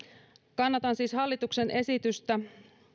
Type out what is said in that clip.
kannatan siis hallituksen esitystä